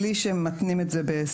בלי שמתנים את זה בהסגר.